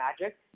Magic